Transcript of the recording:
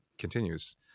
continues